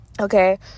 okay